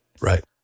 Right